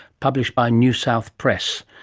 published by new south press.